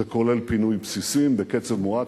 זה כולל פינוי בסיסים בקצב מואץ,